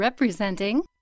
Representing